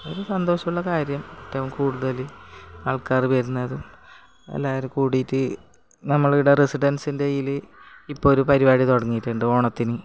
ഒരു സന്തോഷമുള്ള കാര്യം ഏറ്റവും കൂടുതൽ ആൾക്കാർ വരുന്നത് എല്ലാവരും കൂടിയിട്ട് നമ്മളുടെ റെസിഡന്സിൻ്റെ അതിൽ ഇപ്പൊരു പരിപാടി തുടങ്ങിയിട്ടുണ്ട് ഓണത്തിന്